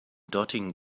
dortigen